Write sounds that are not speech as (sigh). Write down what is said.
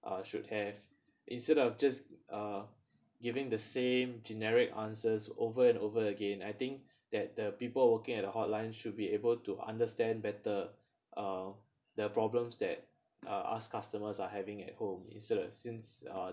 uh should have instead of just uh giving the same generic answers over and over again I think (breath) that the people working at a hotline should be able to understand better uh the problems that uh ask customers are having at home instead of since uh